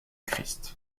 christ